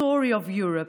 של אמונה